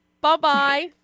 Bye-bye